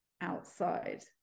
outside